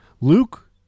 Luke